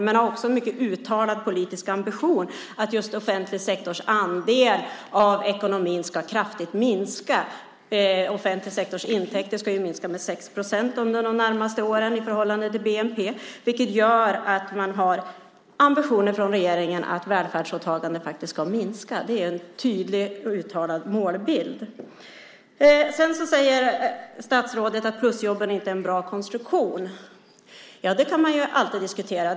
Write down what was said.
Man har också en mycket uttalad politisk ambition att just den offentliga sektorns andel av ekonomin ska minska kraftigt. Den offentliga sektorns intäkter ska minska med 6 procent under de närmaste åren i förhållande till bnp. Regeringens ambition är alltså att välfärdsåtagandet ska minska. Det är en tydligt uttalad målbild. Statsrådet säger att plusjobben inte är en bra konstruktion. Det kan man alltid diskutera.